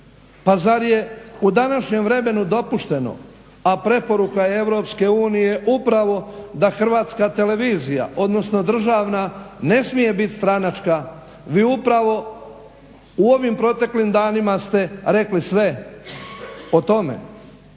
Pa zar je u današnjem vremenu dopušteno a preporuka je EU upravo da HRT odnosno državna ne smije biti stranačka, vi upravo u ovim proteklim danima ste rekli sve o tome.